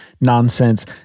nonsense